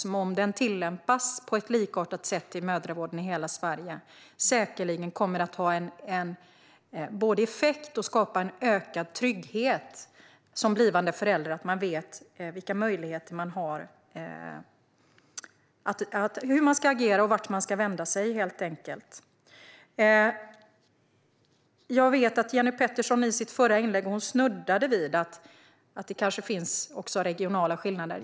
Om den tillämpas på ett likartat sätt i mödravården i hela Sverige kommer den säkerligen att både få effekt och skapa ökad trygghet för blivande föräldrar, så att de vet vilka möjligheter som finns, hur de ska agera och vart de ska vända sig. Jenny Petersson snuddade i sitt inlägg vid att det kanske också finns regionala skillnader.